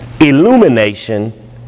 illumination